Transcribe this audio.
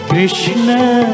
Krishna